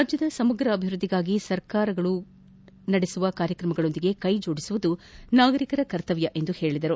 ರಾಜ್ಯದ ಸಮಗ್ರ ಅಭಿವೃದ್ಧಿಗಾಗಿ ಸರ್ಕಾರದ ಕಾರ್ಯಕ್ರಮಗಳೊಂದಿಗೆ ಕೈ ಜೋಡಿಸುವುದು ನಾಗರಿಕರ ಕರ್ತವ್ಯ ಎಂದರು